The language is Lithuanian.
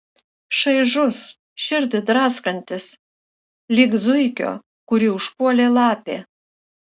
šaižus širdį draskantis lyg zuikio kurį užpuolė lapė